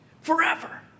forever